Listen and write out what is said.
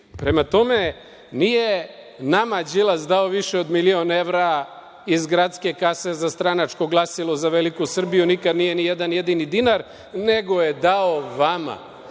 bili. Prema tome, nije nama Đilas dao više od milion evra iz gradske kase za stranačko glasilo, za „Veliku Srbiju“ nikad nije ni jedan jedini dinar, nego je dao vama,